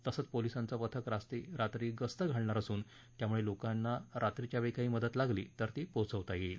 तसचं पोलिसांचं पथक रात्री गस्त घालणार असून त्यामुळे लोकांनां रात्रीच्या वेळी काही काही मदत लागली ती पोहचवता येईल